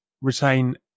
retain